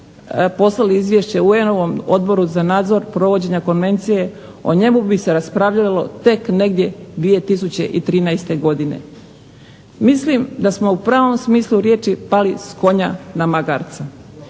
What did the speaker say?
poslali izvješće UN-ovom Odboru za nadzor provođenja konvencije o njemu bi se raspravljalo tek negdje 2013. godine. Mislim da smo u pravom smislu riječi pali s konja na magarca.